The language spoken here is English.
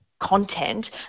content